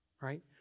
right